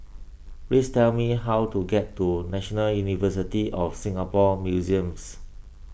please tell me how to get to National University of Singapore Museums